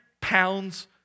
pounds